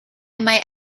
might